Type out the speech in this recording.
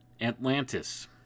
Atlantis